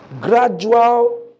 gradual